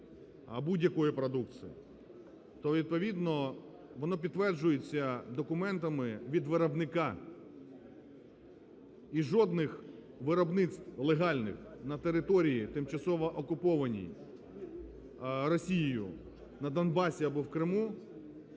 будь-якої продукції, то відповідно воно підтверджується документами від виробника і жодних виробництв легальних на території тимчасово окупованій Росією на Донбасі або в Криму